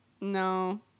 No